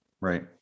Right